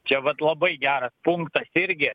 čia vat labai gerą punktą irgi